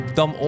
dan